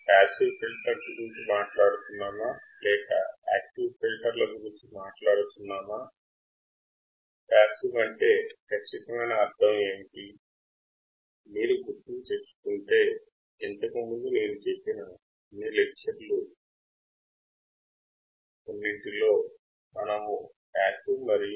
passive component circuit లో ఒక భాగము దానిని నడపడానికి బాహ్య మూలం అవసరం లేదు